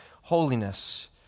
holiness